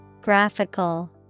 Graphical